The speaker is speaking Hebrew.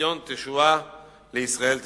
בציון תשועה לישראל תפארתי.